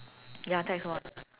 ya tax one